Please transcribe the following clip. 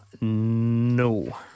No